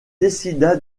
décida